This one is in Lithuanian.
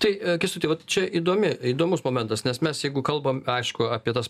tai kęstuti vat čia įdomi įdomus momentas nes mes jeigu kalbam aišku apie tas